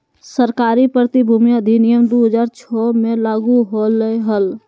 सरकारी प्रतिभूति अधिनियम दु हज़ार छो मे लागू होलय हल